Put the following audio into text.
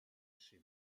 chez